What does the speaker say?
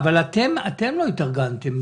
שלא התארגנתם,